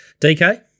DK